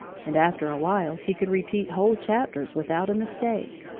and after a while he could repeat whole chapters without a mistake.